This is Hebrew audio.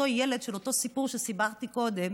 אותו ילד של אותו סיפור שסיפרתי קודם,